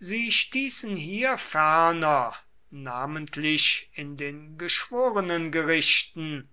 sie stießen hier ferner namentlich in den geschworenengerichten